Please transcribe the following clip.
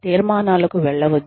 తీర్మానాలకు వెళ్లవద్దు